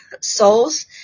souls